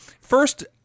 First